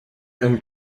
and